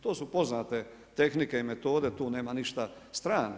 To su poznate tehnike i metode, tu nema ništa strano.